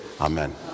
Amen